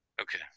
Okay